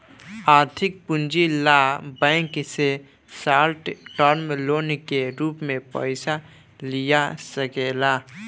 आर्थिक पूंजी ला बैंक से शॉर्ट टर्म लोन के रूप में पयिसा लिया सकेला